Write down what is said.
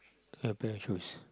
air bear shoes